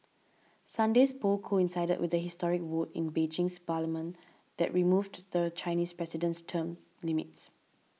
Sunday's polls coincided with the historic vote in Beijing's parliament that removed the Chinese president's term limits